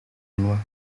loi